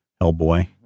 Hellboy